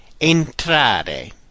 Entrare